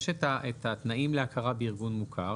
יש את התנאים להכרה בארגון מוכר,